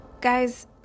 Guys